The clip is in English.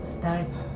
starts